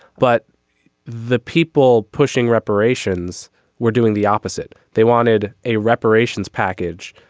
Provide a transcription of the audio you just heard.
but the people pushing reparations were doing the opposite. they wanted a reparations package.